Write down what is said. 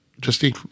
Justine